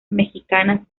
mexicanas